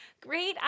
Great